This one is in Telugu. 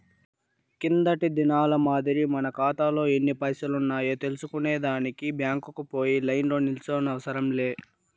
కిందటి దినాల మాదిరి మన కాతాలో ఎన్ని పైసలున్నాయో తెల్సుకునే దానికి బ్యాంకుకు పోయి లైన్లో నిల్సోనవసరం లే